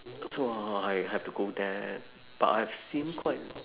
so I I have to go there and but I've seen quite